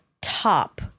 top